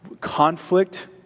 conflict